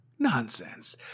Nonsense